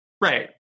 Right